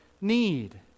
need